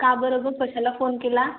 का बरं गं कशाला फोन केला